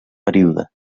període